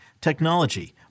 technology